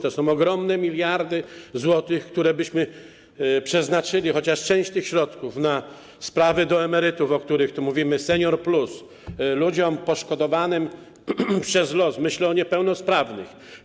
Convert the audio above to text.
To są ogromne miliardy złotych, które byśmy przeznaczyli, chociaż część tych środków, na sprawy dotyczące emerytur, o których tu mówimy, na „Senior+”, dla ludzi poszkodowanych przez los, myślę o niepełnosprawnych.